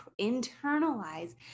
internalize